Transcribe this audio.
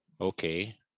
Okay